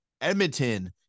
Edmonton